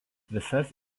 visas